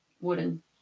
wooden